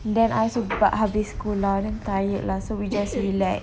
then I also ba~ habis sekolah tired lah so we just relax